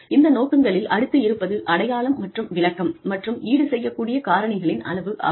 இந்த நோக்கங்களில் அடுத்து இருப்பது அடையாளம் மற்றும் விளக்கம் மற்றும் ஈடு செய்யக்கூடிய காரணிகளின் அளவு ஆகும்